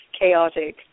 chaotic